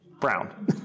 brown